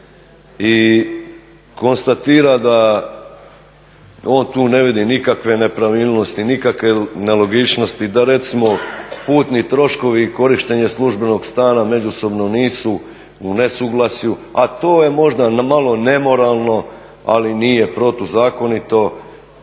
i konstatira da on tu ne vidi nekakve nepravilnosti, nikakve nelogičnosti, da recimo putni troškovi i korištenje službenog stana nisu u nesuglasju, a to je možda malo nemoralno ali nije protuzakonito.